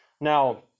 Now